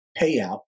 payout